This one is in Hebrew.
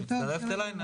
את מצטרפת אלי?